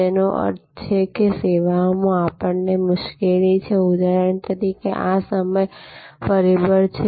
જેનો અર્થ છે સેવાઓમાં આપણને મુશ્કેલી છે ઉદાહરણ તરીકે આ સમય પરિબળ છે